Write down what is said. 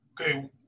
Okay